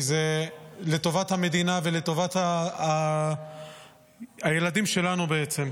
כי זה לטובת המדינה ולטובת הילדים שלנו בעצם.